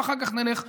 ואחר כך נלך להתמודד.